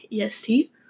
EST